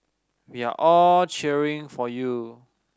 we are all cheering for you